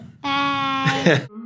Bye